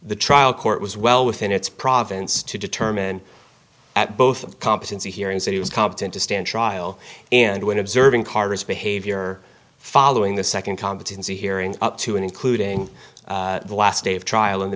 the trial court was well within its province to determine at both competency hearing that he was competent to stand trial and when observing cars behavior following the second competency hearing up to and including the last day of trial in the